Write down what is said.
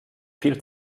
viel